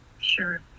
Sure